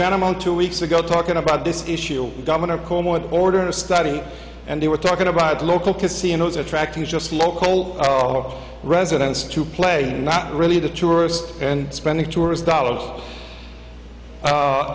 gentleman two weeks ago talking about this issue governor cuomo in order to study and they were talking about local casinos attracting just local all residents to play not really the tourist and spending tourist dollars